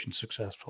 successful